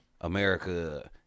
America